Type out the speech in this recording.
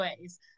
ways